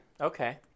okay